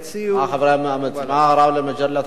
מה, גאלב מג'אדלה, אתה מבקש?